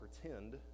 pretend